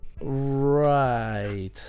Right